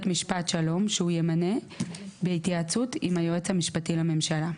משפט שלום שהוא ימנה בהתייעצות עם היועץ המשפטי לממשלה ;